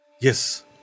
Yes